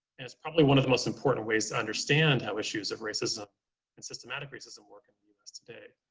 and it's probably one of the most important ways to understand how issues of racism and systematic racism work in the us today.